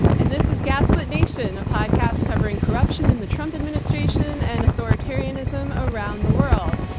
and this is gaslit nation, a podcast covering corruption in the trump administration and authoritarianism around the world.